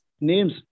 names